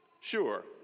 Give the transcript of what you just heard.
Sure